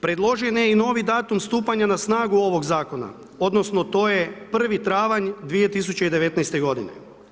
Predložen je i novi datum stupanja na snagu ovog zakona, odnosno to je 1. travanj 2019. godine.